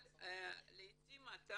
אבל לעתים אתה